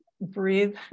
breathe